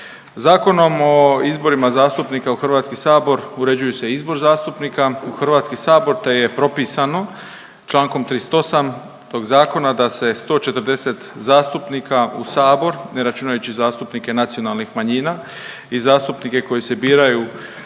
Zakonom o izbornima zastupnika u HS uređuju se izbor zastupnika u HS te je propisano čl. 38. tog zakona da se 140 zastupnika u Sabor, ne računajući zastupnike nacionalnih manjina i zastupnike koji se biraju